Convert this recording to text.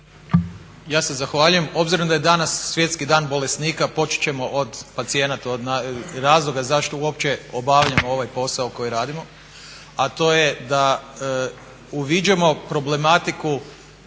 Ja se zahvaljujem. Obzirom da je danas Svjetski dan bolesnika počet ćemo od pacijenata, od razloga zašto uopće obavljamo ovaj posao koji radimo a to je da uviđamo problematiku